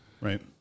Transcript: right